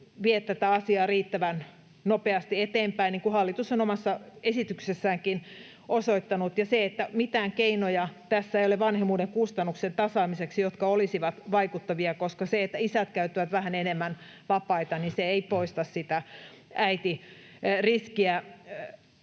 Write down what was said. vie tätä asiaa riittävän nopeasti eteenpäin, niin kuin hallitus on omassakin esityksessään osoittanut — eikä tässä ole vanhemmuuden kustannuksien tasaamiseksi mitään keinoja, jotka olisivat vaikuttavia, koska se, että isät käyttävät vähän enemmän vapaita, ei poista sitä äitiriskiä.